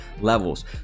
levels